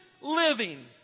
living